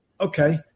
okay